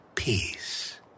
Peace